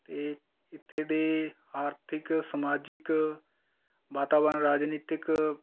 ਅਤੇ ਇੱਥੇ ਦੇ ਆਰਥਿਕ ਸਮਾਜਿਕ ਵਾਤਾਵਰਨ ਰਾਜਨੀਤਿਕ